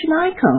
icon